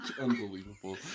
Unbelievable